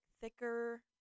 thicker